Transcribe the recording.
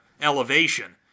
elevation